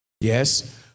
yes